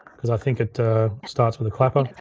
cause i think it starts with a clapper.